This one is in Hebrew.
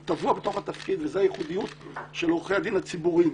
הוא טבוע בתוך התפקיד וזו הייחודיות של עורכי הדין הציבוריים,